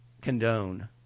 condone